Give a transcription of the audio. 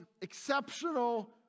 exceptional